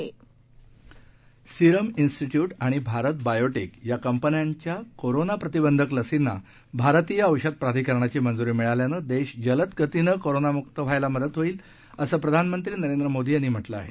प्रधानमध्री लस पलराजश्री Serum Institute आणि भारत बायोटेक या कंपन्यांच्या कोरोना प्रतिबंधक लसींना भारतीय औषध प्राधिकरणाची मंजूरी मिळाल्यानं देश जलद गतीनं कोरोनामुक्त व्हायला मदत होईल असं प्रधानमंत्री नरेंद्र मोदी यांनी म्हटलं आहे